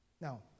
Now